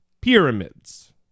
pyramids